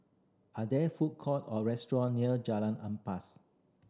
are there food court or restaurant near Jalan Ampas